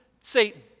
Satan